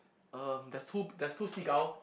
um there's two there's two seagull